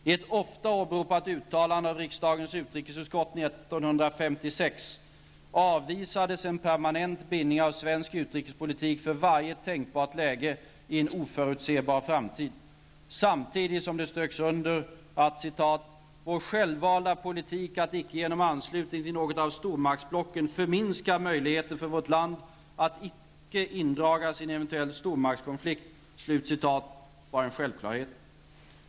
I ett ofta åberopat uttalande av riksdagens utrikesutskott 1956 avvisades ''en permanent bindning av svensk utrikespolitik för varje tänkbart läge i en oförutsebar framtid'' samtidigt som det ströks under att'' vår självvalda politik att icke genom anslutning till något av stormaktsblocken förminska möjligheten för vårt land att icke indragas i en eventuell stormaktskonflikt'' var en självklarhet.